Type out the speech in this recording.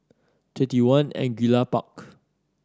Twenty One Angullia Park